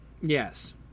Yes